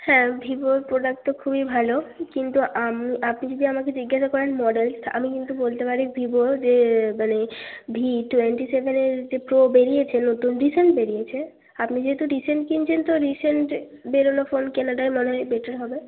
হ্যাঁ ভিভোর প্রোডাক্ট তো খুবই ভাল কিন্তু আম আপনি যদি আমাকে জিজ্ঞাসা করেন মডেল আমি কিন্তু বলতে পারি ভিভো যে মানে ভি টোয়েন্টি সেভেনের যে প্রো বেরিয়েছে নতুন রিসেন্ট বেরিয়েছে আপনি যেহেতু রিসেন্ট কিনছেন তো রিসেন্ট বেরোনো ফোন কেনাটাই মনে হয় বেটার হবে